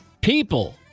People